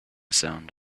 sound